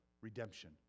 redemption